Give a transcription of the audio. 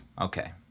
Okay